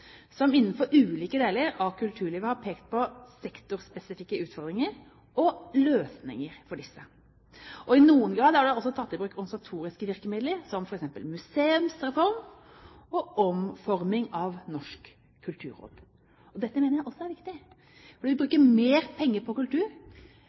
som innenfor ulike deler av kulturlivet har pekt på sektorspesifikke utfordringer og løsninger for disse. I noen grad er det også tatt i bruk organisatoriske virkemidler, som f.eks. museumsreform og omforming av Norsk kulturråd. Dette mener jeg også er riktig, for når vi